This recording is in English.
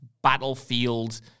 Battlefield